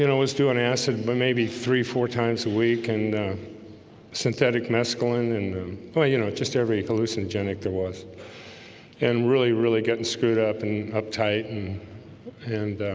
you know was doing acid, but maybe three four times a week and synthetic mescaline and well, you know just every loosen genic there was and really really getting screwed up and uptight and and